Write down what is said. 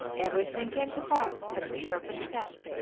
everything came to pass as the serpent said.